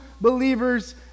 believers